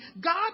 God